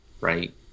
right